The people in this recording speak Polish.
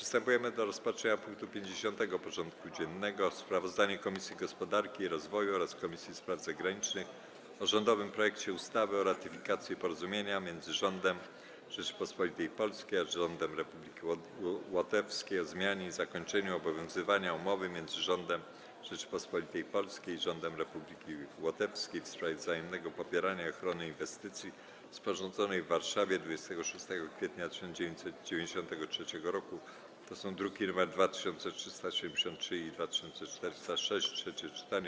Przystępujemy do rozpatrzenia punktu 50. porządku dziennego: Sprawozdanie Komisji Gospodarki i Rozwoju oraz Komisji Spraw Zagranicznych o rządowym projekcie ustawy o ratyfikacji Porozumienia między Rządem Rzeczypospolitej Polskiej a Rządem Republiki Łotewskiej o zmianie i zakończeniu obowiązywania Umowy między Rządem Rzeczypospolitej Polskiej i Rządem Republiki Łotewskiej w sprawie wzajemnego popierania i ochrony inwestycji, sporządzonej w Warszawie dnia 26 kwietnia 1993 r. (druki nr 2373 i 2406) - trzecie czytanie.